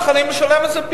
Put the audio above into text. מוכנים לשלם את זה,